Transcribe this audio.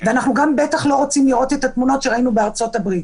אנחנו בטח גם לא רוצים לראות את התמונות שראינו בארצות הברית.